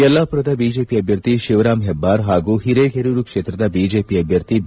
ಯಲ್ಲಾಪುರದ BJP ಅಭ್ಯರ್ಥಿ ಶಿವರಾಮ್ ಹೆಬ್ಬಾರ್ ಹಾಗೂ ಹಿರೇಕೆರೂರು ಕ್ಷೇತ್ರದ ಬಿಜೆಪಿ ಅಭ್ಯರ್ಥಿ ಬಿ